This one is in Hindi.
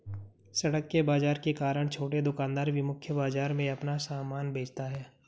सड़क के बाजार के कारण छोटे दुकानदार भी मुख्य बाजार में अपना सामान बेचता है